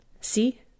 See